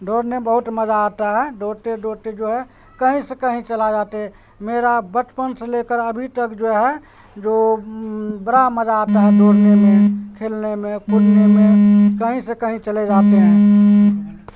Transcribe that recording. دوڑنے میں بہت مزہ آتا ہے دوڑتے دوڑتے جو ہے کہیں سے کہیں چلا جاتے میرا بچپن سے لے کر ابھی تک جو ہے جو برا مزہ آتا ہے دوڑنے میں کھیلنے میں کودنے میں کہیں سے کہیں چلے جاتے ہیں